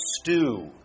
stew